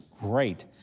great